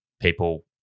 people –